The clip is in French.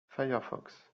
firefox